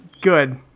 Good